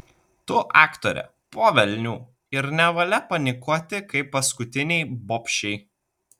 tu aktorė po velnių ir nevalia panikuoti kaip paskutinei bobšei